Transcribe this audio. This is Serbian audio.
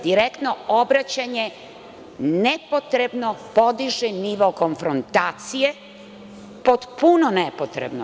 Direktno obraćanje nepotrebno podiže nivo konfrontacije, potpuno nepotrebno.